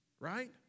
right